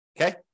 Okay